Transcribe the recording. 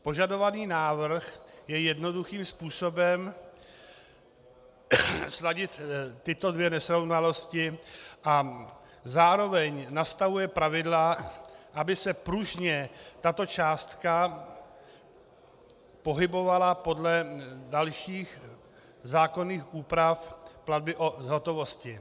Požadovaný návrh je jednoduchým způsobem sladit tyto dvě nesrovnalosti a zároveň nastavuje pravidla, aby se pružně tato částka pohybovala podle dalších zákonných úpravy platby v hotovosti.